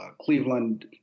Cleveland